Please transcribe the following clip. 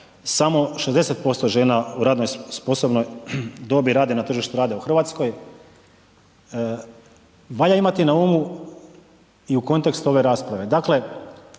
samo 60% žena u radnoj i sposobnoj dobi radi na tržištu rada u RH. Valja imati na umu i u kontekstu ove rasprave, dakle